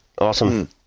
Awesome